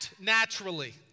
naturally